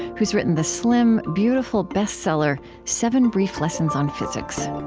who's written the slim, beautiful bestseller seven brief lessons on physics